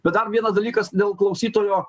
bet dar vienas dalykas dėl klausytojo